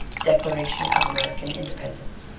declaration of american independence.